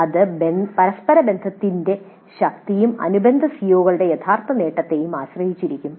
അത് പരസ്പര ബന്ധത്തിന്റെ ശക്തിയെയും അനുബന്ധ സിഒകളുടെ യഥാർത്ഥ നേട്ടത്തെയും ആശ്രയിച്ചിരിക്കും